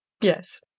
Yes